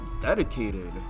dedicated